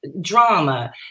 drama